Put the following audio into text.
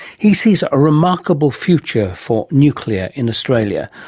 he sees a remarkable future for nuclear in australia,